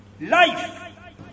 life